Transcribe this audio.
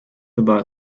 about